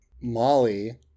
molly